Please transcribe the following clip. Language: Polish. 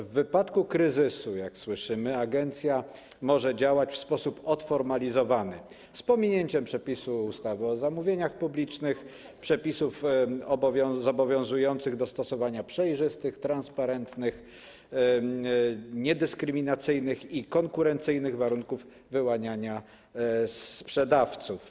W wypadku kryzysu, jak słyszymy, agencja może działać w sposób odformalizowany, z pominięciem przepisów ustawy o zamówieniach publicznych, przepisów zobowiązujących do stosowania przejrzystych, transparentnych, niedyskryminacyjnych i konkurencyjnych warunków wyłaniania sprzedawców.